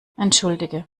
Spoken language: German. entschuldige